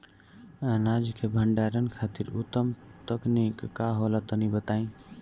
अनाज के भंडारण खातिर उत्तम तकनीक का होला तनी बताई?